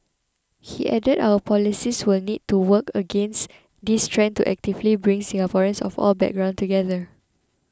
he added our policies will need to work against this trend to actively bring Singaporeans of all background together